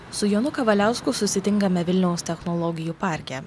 su jonu kavaliausku susitinkame vilniaus technologijų parke